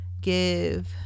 give